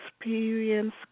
experience